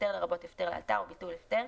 הפטר לרבות הפטר לאלתר וביטול ההפטר,